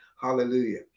Hallelujah